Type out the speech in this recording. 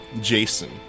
Jason